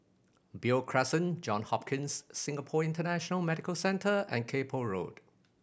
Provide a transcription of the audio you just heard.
Beo Crescent John Hopkins Singapore International Medical Centre and Kay Poh Road